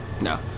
No